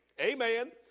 amen